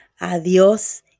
Adios